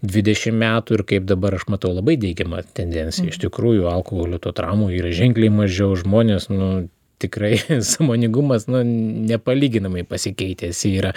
dvidešimt metų ir kaip dabar aš matau labai teigiamą tendenciją iš tikrųjų alkoholio tų traumų yra ženkliai mažiau žmonės nu tikrai sąmoningumas nepalyginamai pasikeitęs yra